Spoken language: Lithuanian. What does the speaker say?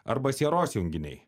arba sieros junginiai